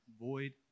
void